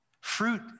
Fruit